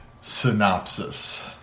synopsis